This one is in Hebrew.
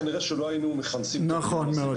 כנראה שלא היינו מכנסים את הדיון הזה,